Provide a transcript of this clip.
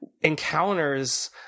encounters